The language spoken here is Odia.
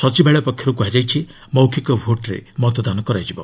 ସଚିବାଳୟ ପକ୍ଷରୁ କୁହାଯାଇଛି ମୌଖିକ ଭୋଟ୍ରେ ମତଦାନ ହେବ